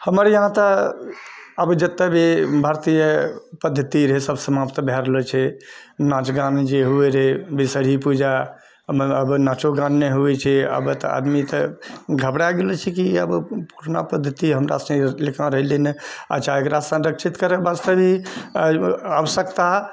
हमर इहाँ तऽ अब जते भी भारतीय पद्धति रहै सब समाप्त भए रहलो छै नाच गान जे हुए रहै विषहरी पूजा आब नाचो गान नहि होबै छै अब तऽ आदमी तऽ घबड़ा गेलो छै कि अब पुरना पद्धति हमरा सभके रहलो नहि अच्छा एकरा संरक्षित करै वास्ते भी आवश्यकता